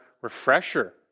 refresher